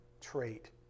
trait